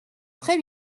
très